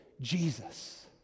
Jesus